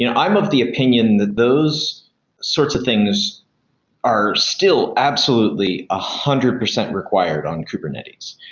you know i'm of the opinion that those sorts of things are still absolutely a hundred percent required on kubernetes.